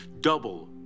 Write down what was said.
double